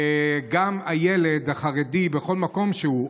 גם הילד החרדי בכל מקום שהוא,